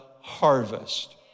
harvest